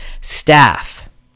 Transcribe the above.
staff